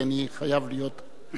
כי אני חייב להיות בישיבה.